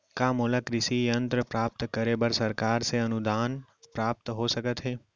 का मोला कृषि यंत्र प्राप्त करे बर सरकार से अनुदान प्राप्त हो सकत हे?